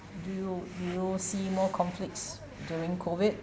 do you do you see more conflicts during COVID